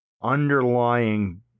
underlying